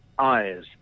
eyes